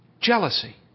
Jealousy